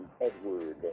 Edward